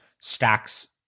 stacks